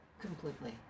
completely